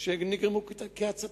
שהן נגרמו מהצתה.